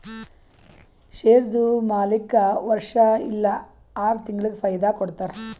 ಶೇರ್ದು ಮಾಲೀಕ್ಗಾ ವರ್ಷಾ ಇಲ್ಲಾ ಆರ ತಿಂಗುಳಿಗ ಫೈದಾ ಕೊಡ್ತಾರ್